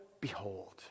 behold